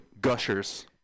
gushers